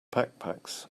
backpacks